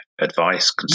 advice